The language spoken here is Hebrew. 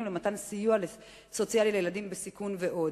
למתן סיוע סוציאלי לילדים בסיכון ועוד.